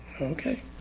Okay